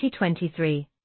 2023